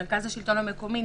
מרכז שלטון מקומי,